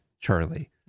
charlie